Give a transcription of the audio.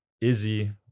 Izzy